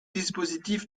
dispositif